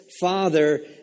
Father